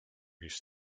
his